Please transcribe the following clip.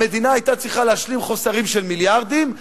המדינה היתה צריכה להשלים חוסרים של מיליארדים,